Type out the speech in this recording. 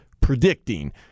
predicting